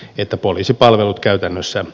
etäpoliisipalvelut käytännössä